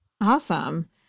Awesome